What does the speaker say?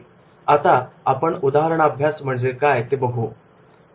आता आपण उदाहरणाभ्यास म्हणजे काय हे बघू या